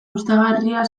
gustagarria